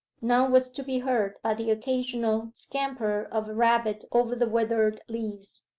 none was to be heard but the occasional scamper of a rabbit over the withered leaves.